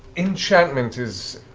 enchantment is